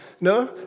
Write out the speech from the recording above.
No